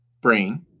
brain